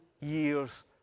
years